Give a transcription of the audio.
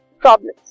problems